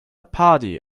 party